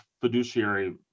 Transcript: fiduciary